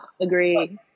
agree